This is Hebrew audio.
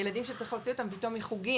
הנתונים מתחילים מ-2020,